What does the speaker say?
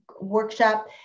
workshop